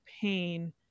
pain